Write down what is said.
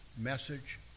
message